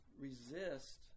resist